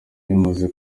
bimaze